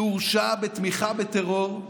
שהורשע בתמיכה בטרור,